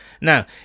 Now